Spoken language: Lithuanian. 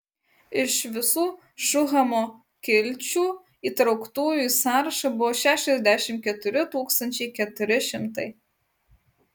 iš visų šuhamo kilčių įtrauktųjų į sąrašą buvo šešiasdešimt keturi tūkstančiai keturi šimtai